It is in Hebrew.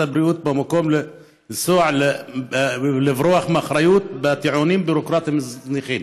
הבריאות במקום לברוח מאחריות בטיעונים ביורוקרטיים זניחים.